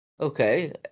Okay